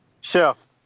Chef